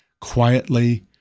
quietly